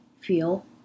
feel